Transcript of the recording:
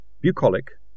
bucolic